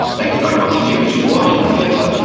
thank you very much indeed, which is why in theater,